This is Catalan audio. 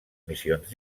missions